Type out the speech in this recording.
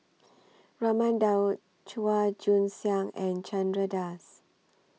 Raman Daud Chua Joon Siang and Chandra Das